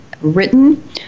written